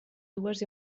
dues